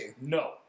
No